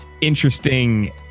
interesting